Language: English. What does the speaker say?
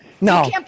No